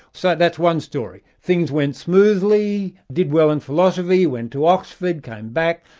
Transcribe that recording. so that's one story. things went smoothly, did well in philosophy, went to oxford, came back,